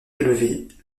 élevée